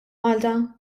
malta